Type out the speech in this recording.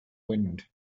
wind